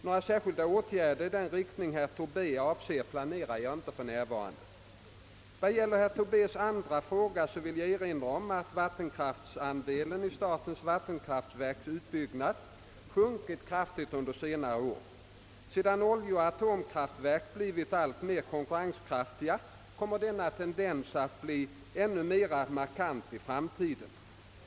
Några särskilda åtgärder i den riktning herr Tobé avser planerar jag inte för närvarande. Vad gäller herr Tobés andra fråga vill jag erinra om att vattenkraftandelen i statens vattenfallsverks utbyggnader sjunkit kraftigt under senare år. Sedan oljeoch atomkraftverk blivit alltmer konkurrenskraftiga kommer denna tendens att bli ännu mera markant i framtiden.